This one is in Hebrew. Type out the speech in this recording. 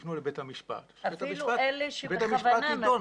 שיפנו לבית המשפט ובית המשפט ידון.